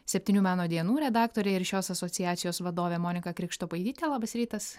septynių meno dienų redaktorė ir šios asociacijos vadovė monika krikštopaitytė labas rytas